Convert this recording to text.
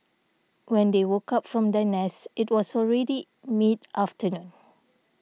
when they woke up from their nest it was already mid afternoon